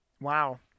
Wow